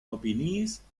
opiniis